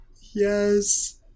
Yes